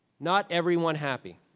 not everyone happy.